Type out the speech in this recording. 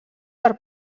per